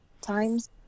times